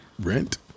rent